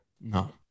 No